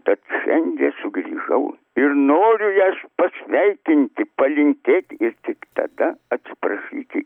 bet šiandien sugrįžau ir noriu jas pasveikinti palinkėti ir tik tada atsiprašyti